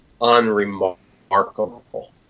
unremarkable